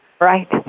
Right